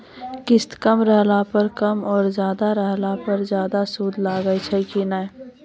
किस्त कम रहला पर कम और ज्यादा रहला पर ज्यादा सूद लागै छै कि नैय?